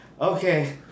Okay